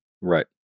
Right